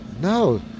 no